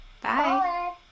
bye